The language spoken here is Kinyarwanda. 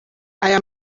aya